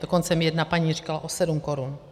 Dokonce mi jedna paní říkala o 7 korun.